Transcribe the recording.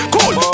Cool